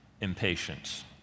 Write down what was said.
impatience